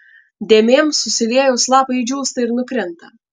dėmėms susiliejus lapai džiūsta ir nukrinta